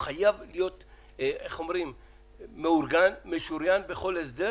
חייב להיות מאורגן ומשוריין בכל הסדר